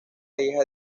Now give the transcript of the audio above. hija